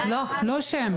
לא את השם.